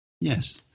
Yes